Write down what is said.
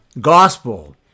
gospel